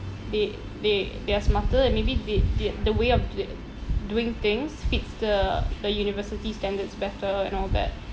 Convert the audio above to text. they they they are smarter and maybe they they the way of they doing things fits the the university standards better and all that